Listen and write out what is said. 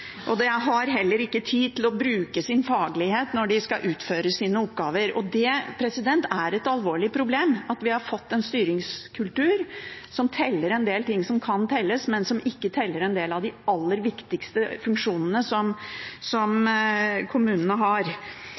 og de har heller ikke tid til å bruke sin faglighet når de skal utføre sine oppgaver. Det er et alvorlig problem at vi har fått en styringskultur som teller en del ting som kan telles, men som ikke teller en del av de aller viktigste funksjonene som kommunene har.